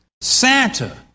Santa